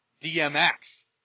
DMX